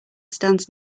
stands